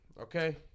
okay